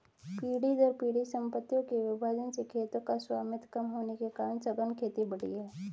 पीढ़ी दर पीढ़ी सम्पत्तियों के विभाजन से खेतों का स्वामित्व कम होने के कारण सघन खेती बढ़ी है